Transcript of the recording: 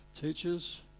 teachers